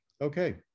Okay